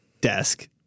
desk